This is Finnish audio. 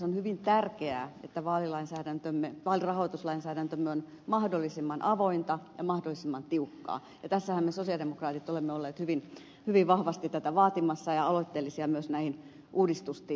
on hyvin tärkeää että vaalirahoituslainsäädäntömme on mahdollisimman avointa ja mahdollisimman tiukkaa ja tässähän me sosialidemokraatit olemme olleet hyvin vahvasti tätä vaatimassa ja aloitteellisia myös näihin uudistuksiin nähden